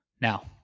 Now